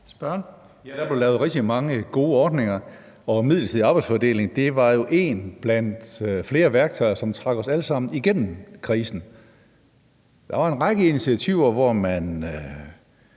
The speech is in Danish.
Hønge (SF): Der blev lavet rigtig mange gode ordninger, og midlertidig arbejdsfordeling var jo ét blandt flere værktøjer, som trak os alle sammen igennem krisen. Der var en række initiativer, hvor man